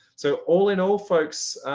so all in all, folks,